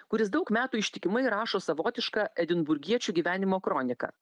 kuris daug metų ištikimai rašo savotišką edinburgiečių gyvenimo kroniką